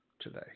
today